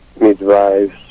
midwives